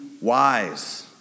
wise